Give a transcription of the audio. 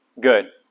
Good